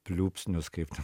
pliūpsnius kaip ten